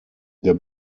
der